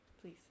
please